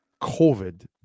COVID